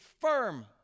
firm